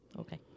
Okay